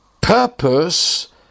purpose